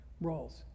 roles